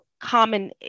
common